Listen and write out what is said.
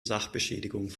sachbeschädigung